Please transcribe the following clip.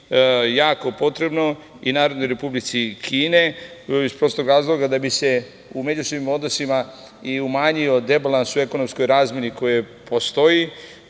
jako potrebno i Narodnoj Republici Kini, iz prostog razloga da bi se u međusobnim odnosima i umanjio debalans u ekonomskoj razmeni koja postoji,